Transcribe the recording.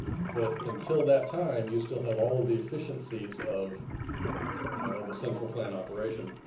but until that time, you still have all of the efficiencies of you know of a central plant operation.